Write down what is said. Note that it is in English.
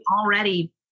already